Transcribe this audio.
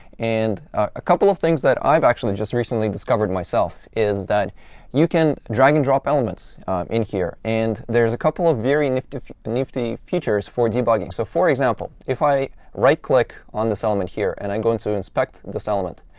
and a couple of things that i've actually just recently discovered myself is that you can drag and drop elements in here. and there's a couple of very nifty features for debugging. so, for example, if i right click on this element here and i'm going to inspect this element.